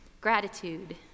Gratitude